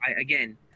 again